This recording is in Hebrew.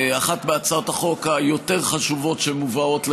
אחת מהצעות החוק היותר-חשובות שמובאות לכאן,